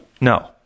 No